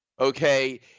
okay